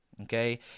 Okay